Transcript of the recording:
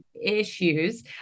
issues